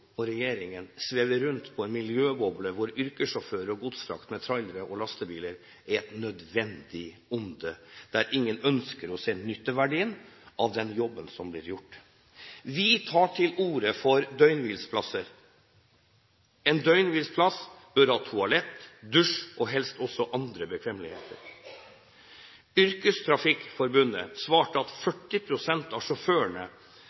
og regjeringen svever rundt på en miljøboble hvor yrkessjåfører og godsfrakt med trailere og lastebiler er et nødvendig onde, og at ingen ønsker å se nytteverdien av den jobben som blir gjort. Vi tar til orde for døgnhvileplasser. En døgnhvileplass bør ha toalett, dusj og helst også andre bekvemmeligheter. Yrkestrafikkforbundet svarte at 40 pst. av sjåførene